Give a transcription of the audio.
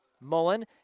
Mullen